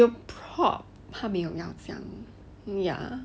我有 probe 他没有要讲 ya